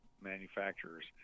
manufacturers